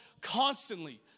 constantly